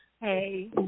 Hey